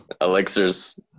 Elixirs